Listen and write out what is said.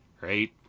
Right